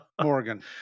Morgan